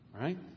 right